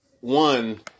one